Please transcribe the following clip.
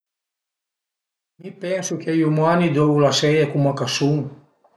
Mi pensu che i umani a devu lasele cuma ch'a sun